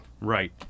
Right